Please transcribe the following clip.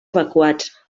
evacuats